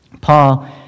Paul